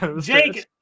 Jake